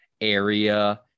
area